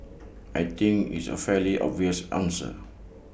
I think is A fairly obvious answer